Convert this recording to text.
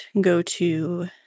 go-to